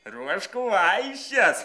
ruošk vaišes